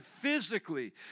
physically